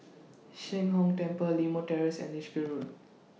Sheng Hong Temple Limau Terrace and Lichfield Road